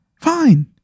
Fine